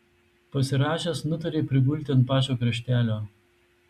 pasirąžęs nutarė prigulti ant pačio kraštelio